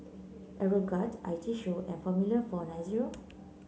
Aeroguard I T Show and Formula four nine zero